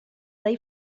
dai